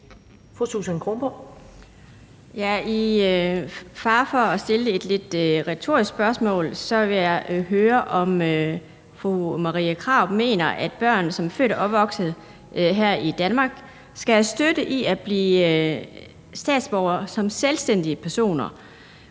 Med fare for at komme til at stille et lidt retorisk spørgsmål vil jeg alligevel høre, om fru Marie Krarup mener, at børn, som er født og opvokset her i Danmark, skal have støtte i at blive statsborgere som selvstændige personer,